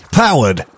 powered